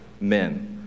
men